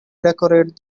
decorate